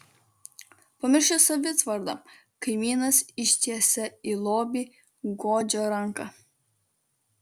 pamiršęs savitvardą kaimynas ištiesia į lobį godžią ranką